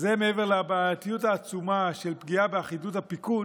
מעבר לבעייתיות העצומה של פגיעה באחידות הפיקוד,